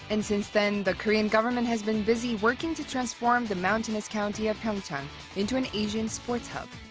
and since then, the korean government has been busy working to transform the mountainous county of pyeongchang into an asian sports hub.